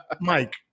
Mike